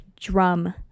drum